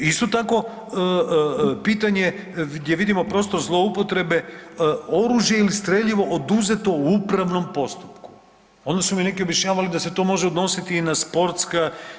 Isto tako pitanje gdje vidimo prostor zloupotrebe oružje ili streljivo oduzeto u upravnom postupku, onda su mi neki objašnjavali da se to može odnositi i na sportska.